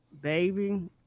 Baby